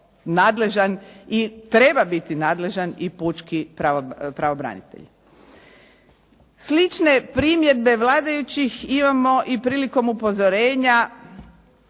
i treba biti nadležan i pučki pravobranitelj. Slične primjedbe vladajućih imamo i prilikom upozorenja